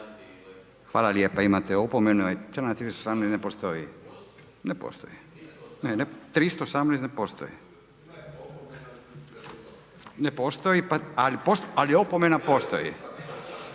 Hvala lijepa. Imate opomenu.